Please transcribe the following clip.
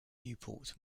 newport